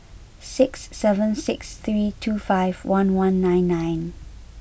six seven six three two five one one nine nine